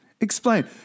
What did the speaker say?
explain